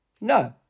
No